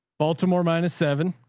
baltimore minus seven.